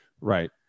Right